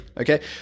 Okay